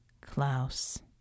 Klaus